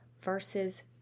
versus